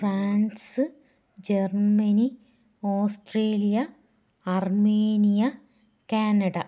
France Germany Australia Armenia Canada